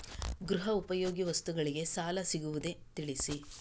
ಗೃಹ ಉಪಯೋಗಿ ವಸ್ತುಗಳಿಗೆ ಸಾಲ ಸಿಗುವುದೇ ತಿಳಿಸಿ?